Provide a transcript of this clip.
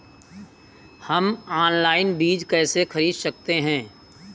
हम ऑनलाइन बीज कैसे खरीद सकते हैं?